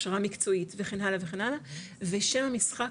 הכשרה מקצועית וכן הלאה וכן הלאה ושם המשחק